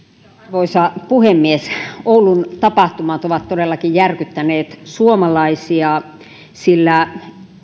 arvoisa puhemies oulun tapahtumat ovat todellakin järkyttäneet suomalaisia sillä